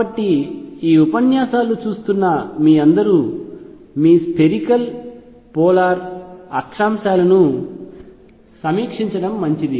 కాబట్టి ఈ ఉపన్యాసాలు చూస్తున్న మీ అందరూ మీ స్పెరికల్ పోలార్ అక్షాంశాలను సమీక్షించడం మంచిది